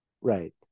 Right